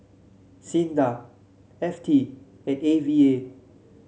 SINDA F T and A V A